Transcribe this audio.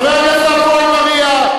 חבר הכנסת עפו אגבאריה.